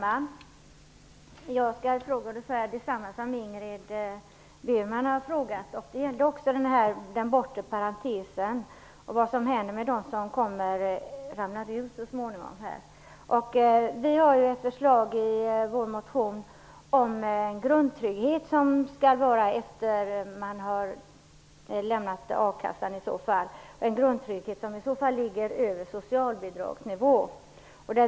Herr talman! Jag skall ställa samma fråga som Ingrid Burman har gjort. Det gäller den bortre parentesen och vad som händer med dem som så småningom ramlar ur systemet. Vi har ett förslag i vår motion om grundtrygghet som skall råda efter det att man har lämnat a-kassan, en grundtrygghet som ligger över socialbidragsnivån.